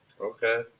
okay